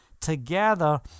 together